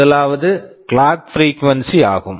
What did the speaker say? முதலாவது clock frequency Clock frequency ஆகும்